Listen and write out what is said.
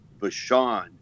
Bashan